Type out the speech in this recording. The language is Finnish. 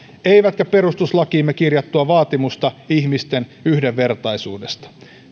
eivätkä perustuslakiimme kirjattua vaatimusta ihmisten yhdenvertaisuudesta